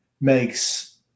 makes